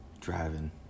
driving